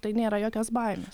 tai nėra jokios baimės